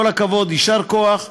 כל הכבוד, יישר כוח.